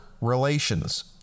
relations